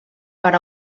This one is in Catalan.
per